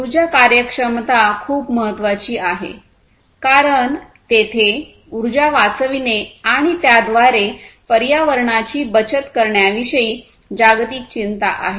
उर्जा कार्यक्षमता खूप महत्वाची आहे कारण तेथे ऊर्जा वाचविणे आणि त्याद्वारे पर्यावरणाची बचत करण्याविषयी जागतिक चिंता आहे